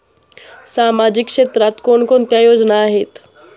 सामाजिक क्षेत्रात कोणकोणत्या योजना आहेत?